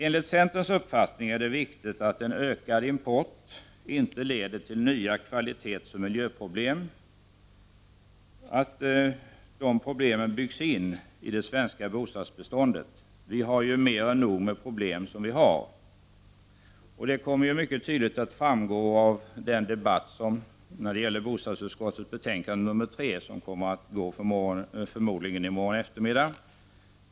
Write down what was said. Enligt centerns uppfattning är det viktigt att en ökad import inte leder till att nya kvalitetsoch miljöproblem byggs in i det svenska bostadsbeståndet. Vi har mer än nog med problem. Detta kommer mycket tydligt att framgå av den följande debatten — förmodligen i morgon eftermiddag — som kommer att behandla bostadsutskottets betänkande nr 3.